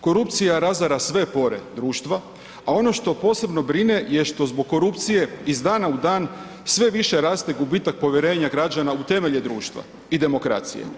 Korupcija razara sve pore društva, a ono što posebno brine je što zbog korupcije iz dana u dan sve više raste gubitak povjerenja građana u temelje društva i demokracije.